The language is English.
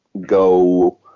go